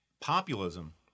Populism